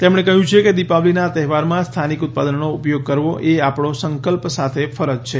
તેમણે કહ્યું છે કે દિપાવલીના આ તહેવારમાં સ્થાનિક ઉત્પાદનોનો ઉપયોગ કરવો એ આપણો સંકલ્પ સાથે ફરજ છે